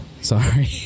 sorry